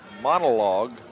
monologue